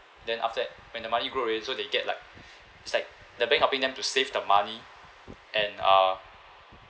then after that when the money grow already so they get like it's like the bank helping them to save their money and uh